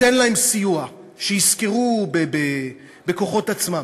ניתן להם סיוע, שישכרו בכוחות עצמם.